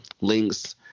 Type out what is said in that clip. links